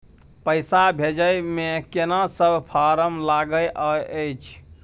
पैसा भेजै मे केना सब फारम लागय अएछ?